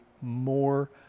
more